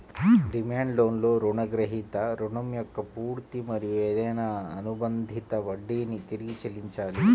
demand లోన్లో రుణగ్రహీత రుణం యొక్క పూర్తి మరియు ఏదైనా అనుబంధిత వడ్డీని తిరిగి చెల్లించాలి